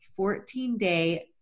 14-day